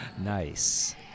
Nice